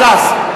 ש"ס,